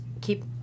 keep